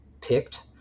picked